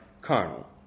carnal